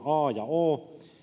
a ja o